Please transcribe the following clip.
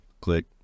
Click